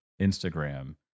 Instagram